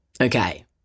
Okay